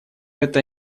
это